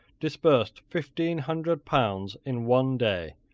disbursed fifteen hundred pounds in one day,